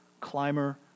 climber